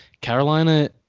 Carolina